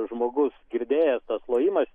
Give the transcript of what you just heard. žmogus girdėjęs tas klojimas